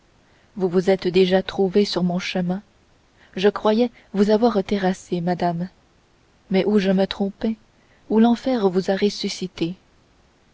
vous vous êtes déjà trouvée sur mon chemin je croyais vous avoir terrassée madame mais ou je me trompai ou l'enfer vous a ressuscitée